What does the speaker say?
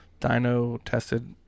dyno-tested